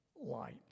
light